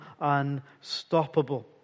unstoppable